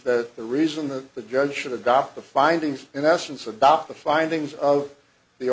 that the reason the judge should adopt the findings in essence adopt the findings of the